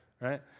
right